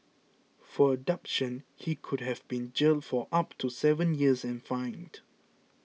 for abduction he could have been jailed for up to seven years and fined